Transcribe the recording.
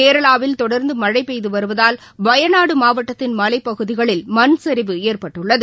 கேரளாவில் தொடர்ந்துமழைபெய்துவருவதால் வயநாடுமாவட்டத்தின் மலைப்பகுதிகளில் மண்சரிவு ஏற்பட்டுள்ளது